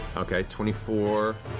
okay, twenty four.